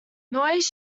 noise